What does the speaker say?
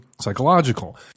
psychological